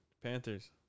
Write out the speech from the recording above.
Panthers